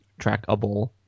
trackable